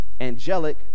angelic